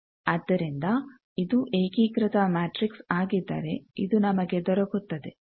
ಆದ್ದರಿಂದ ಇದು ಏಕೀಕೃತ ಮ್ಯಾಟ್ರಿಕ್ಸ್ ಆಗಿದ್ದರೆ ಇದು ನಮಗೆ ದೊರಕುತ್ತದೆ